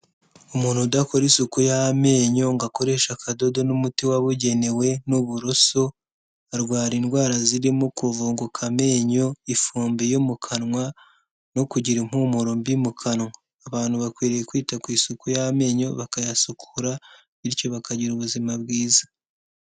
Umuntu udakora isuku y'amenyo ngo akoreshe akadodo n'umuti wabugenewe n'uburoso, arwara indwara zirimo kuvunguka amenyo, ifumbi yo mu kanwa, no kugira impumuro mbi mu kanwa, abantu bakwiriye kwita ku isuku y'amenyo bakayasukura, bityo bakagira ubuzima bwiza